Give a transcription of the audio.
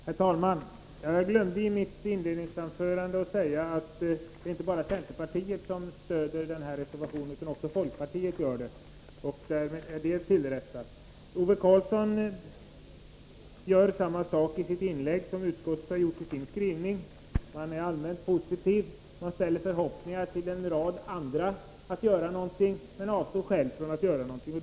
Herr talman! Jag glömde i mitt inledningsanförande att säga att det inte är bara centerpartiet som står bakom reservationen. Också folkpartiet gör det. Därmed har jag rättat till det. Ove Karlsson gör samma sak i sitt inlägg som utskottet gjort i sin skrivning: är allmänt positiv och uttalar förhoppningar om att en rad andra skall göra någonting men avstår från att själv göra någonting.